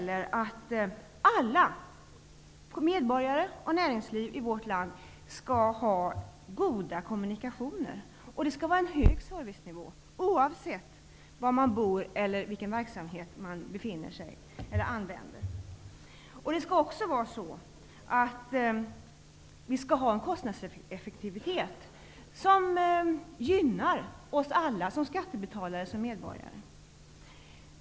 För det första skall alla i vårt land -- både medborgarna och näringslivet -- ha goda kommunikationer. Det skall också vara hög servicenivå, oavsett var man bor eller vilken verksamhet man använder. För det andra skall vi ha en kostnadseffektivitet som gynnar oss alla som skattebetalare och medborgare.